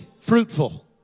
fruitful